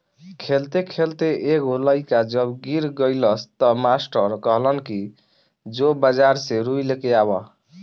खेलते खेलते एगो लइका जब गिर गइलस त मास्टर कहलन कि जो बाजार से रुई लेके आवा